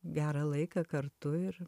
gerą laiką kartu ir